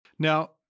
Now